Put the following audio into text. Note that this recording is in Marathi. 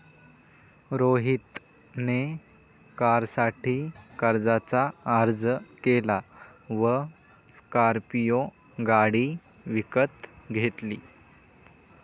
रोहित ने कारसाठी कर्जाचा अर्ज केला व स्कॉर्पियो गाडी विकत घेतली